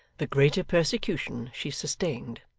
the greater persecution she sustained.